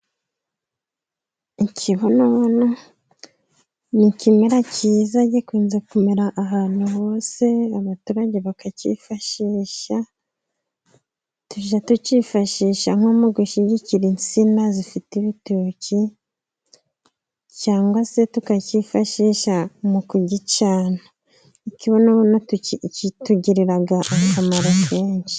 Ikibonobono ni ikimera kiza gikunze kumera ahantu hose, abaturage bakakifashisha, tujya tukifashisha nko mu gushyigikira insina zifite ibitoki, cyangwa se tukakifashisha mu kugicana. Ikinobono kitugirira akamaro kenshi.